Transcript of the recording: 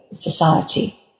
society